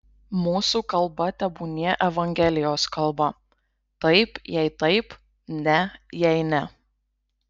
mūsų kalba tebūnie evangelijos kalba taip jei taip ne jei ne